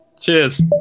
Cheers